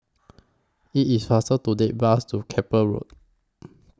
IT IS faster to Take Bus to Keppel Road